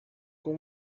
com